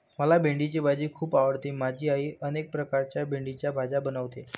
मला भेंडीची भाजी खूप आवडते माझी आई अनेक प्रकारच्या भेंडीच्या भाज्या बनवते